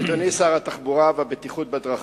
אדוני שר התחבורה והבטיחות בדרכים,